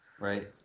Right